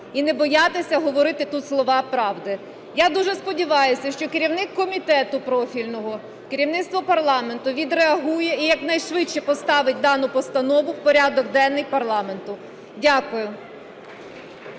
і не боятися говорити тут слова правди. Я дуже сподіваюся, що керівник комітету профільного, керівництво парламенту відреагує і якнайшвидше поставить дану постанову в порядок денний парламенту. Дякую.